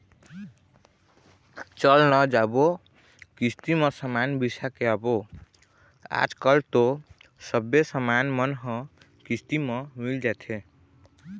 चल न जाबो किस्ती म समान बिसा के आबो आजकल तो सबे समान मन ह किस्ती म मिल जाथे